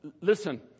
listen